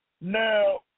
Now